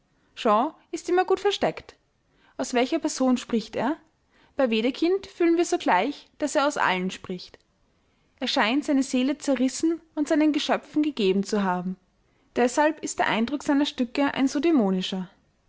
ist immer gut versteckt aus welcher person spricht er bei wedekind fühlen wir sogleich daß er aus allen spricht er scheint seine seele zerrissen und seinen geschöpfen gegeben zu haben deshalb ist der eindruck seiner stücke ein so dämonischer